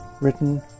written